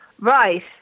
Right